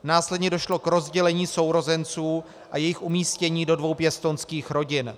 Následně došlo k rozdělení sourozenců a jejich umístění do dvou pěstounských rodin.